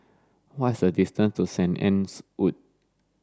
what is the distance to Saint Anne's Wood